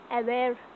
aware